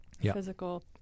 physical